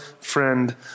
friend